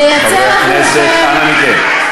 חברי הכנסת, אנא מכם.